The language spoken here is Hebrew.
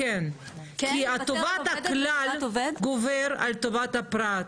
כן, כי טובת הכלל גוברת על טובת הפרט.